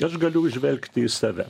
aš galiu žvelgti į save